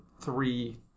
three